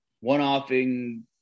one-offing